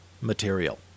material